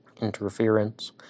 interference